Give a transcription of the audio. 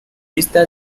lista